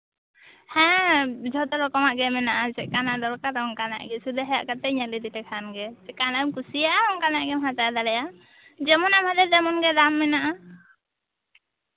ᱦᱮᱸ ᱡᱷᱚᱛᱚ ᱨᱚᱠᱚᱢᱟᱜ ᱜᱮ ᱢᱮᱱᱟᱜᱼᱟ ᱡᱷᱚᱛᱚ ᱨᱚᱠᱚᱢᱟᱜ ᱪᱮᱫ ᱠᱟᱱᱟᱜ ᱫᱚᱨᱠᱟᱨ ᱚᱱᱠᱟᱱᱟᱜ ᱜᱮ ᱥᱩᱫᱩ ᱦᱮᱡ ᱠᱟᱛᱮ ᱧᱮᱞ ᱤᱫᱤ ᱞᱮᱠᱷᱟᱱ ᱜᱮ ᱪᱮᱫ ᱠᱟᱱᱟᱜ ᱮᱢ ᱠᱩᱥᱤᱭᱟᱜᱼᱟ ᱚᱱᱠᱟᱱᱟᱜ ᱜᱮᱢ ᱦᱟᱛᱟᱣ ᱫᱟᱲᱮᱭᱟᱜᱼᱟ ᱡᱮᱢᱚᱱᱮᱢ ᱦᱟᱛᱟᱣ ᱛᱮᱢᱚᱱ ᱜᱮ ᱫᱟᱢ ᱢᱮᱱᱟᱜᱼᱟ